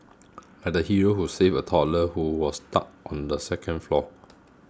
like the hero who saved a toddler who was stuck on the second floor